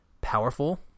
powerful